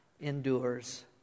endures